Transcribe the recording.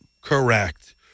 Correct